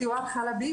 סיור חלבי,